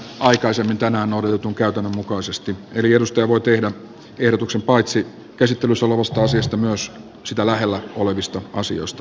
aikaisemmin tänään odotetun käytännön mukaisesti eli ostaja voi tehdä ehdotukset paitsi käsittely soluista syistä myös sitä lähellä olevista asioista